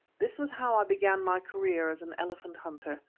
this was how i began my career as an elephant hunter.